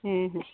ᱦᱮᱸ ᱦᱮᱸ